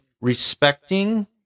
respecting